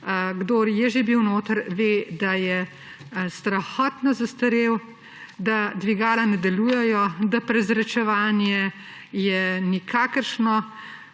kdor je že bil notri, ve, da je strahotno zastarel, da dvigala ne delujejo, da je prezračevanje nikakršno